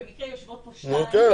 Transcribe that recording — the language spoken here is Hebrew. במקרה יושבות פה שתיים --- נו כן,